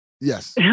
yes